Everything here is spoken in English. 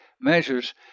measures